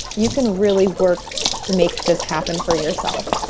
you can really work to make this happen for yourself.